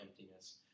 emptiness